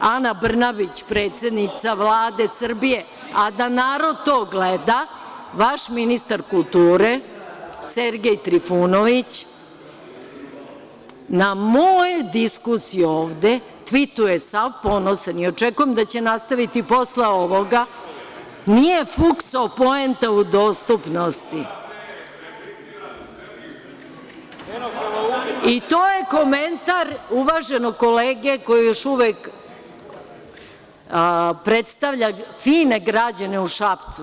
Ana Brnabić, predsednica Vlade Srbije, a da narod to gleda, vaš ministar kulture Sergej Trifunović na moju diskusiju ovde tvituje sav ponosan i očekujem da će nastaviti i posle ovoga – nije, fukso, poenta u dostupnosti… (Dušan Petrović: Ona replicira Sergeju Trifunoviću?) To je komentar uvaženog kolege koji još uvek predstavlja fine građane u Šapcu?